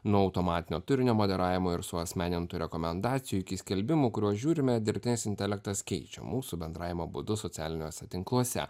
nuo automatinio turinio moderavimo ir suasmenintų rekomendacijų iki skelbimų kuriuos žiūrime dirbtinis intelektas keičia mūsų bendravimo būdus socialiniuose tinkluose